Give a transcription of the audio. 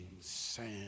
sand